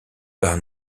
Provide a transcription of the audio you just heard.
par